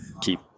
keep